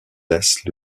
laissent